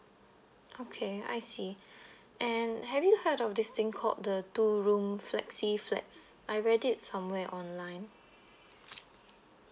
okay I see and have you heard of this thing called the two room flexi flats I read it somewhere online